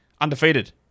Undefeated